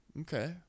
okay